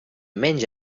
menys